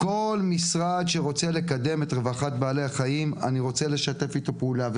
כל משרד שרוצה לקדם את רווחת בעלי החיים אני רוצה לשתף איתו פעולה,